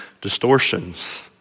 distortions